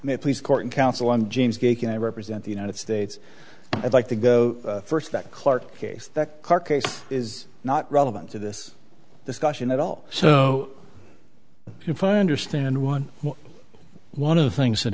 may please korten counsel i'm james baker i represent the united states i'd like to go first that clarke case carcase is not relevant to this discussion at all so if i understand one one of the things that